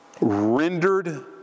rendered